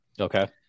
Okay